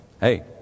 hey